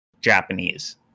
Japanese